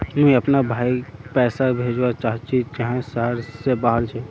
मुई अपना भाईक पैसा भेजवा चहची जहें शहर से बहार छे